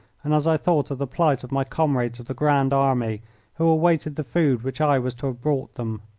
and as i thought of the plight of my comrades of the grand army who awaited the food which i was to have brought them.